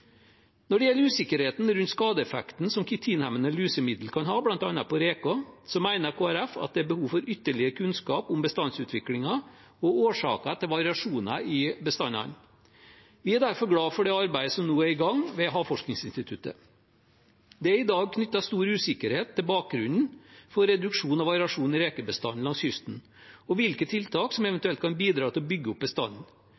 Når det gjelder usikkerheten rundt skadeeffekten som kitinhemmende lusemidler kan ha bl.a. på reker, mener Kristelig Folkeparti at det er behov for ytterligere kunnskap om bestandsutviklingen og årsaker til variasjon i bestandene. Vi er derfor glad for det arbeidet som nå er i gang ved Havforskningsinstituttet. Det er i dag knyttet stor usikkerhet til bakgrunnen for reduksjon og variasjon i rekebestanden langs kysten og hvilke tiltak som